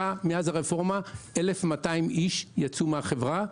מאז הרפורמה יצאו 1,200 אנשים מהחברה,